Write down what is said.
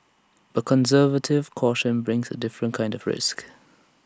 but conservative caution brings A different kind of risk